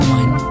one